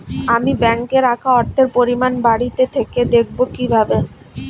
আমি ব্যাঙ্কে রাখা অর্থের পরিমাণ বাড়িতে থেকে দেখব কীভাবে?